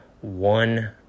one